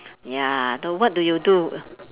ya so what do you do